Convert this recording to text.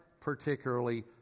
particularly